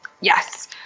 yes